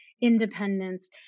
independence